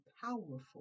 powerful